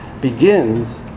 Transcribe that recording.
begins